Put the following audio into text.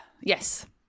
yes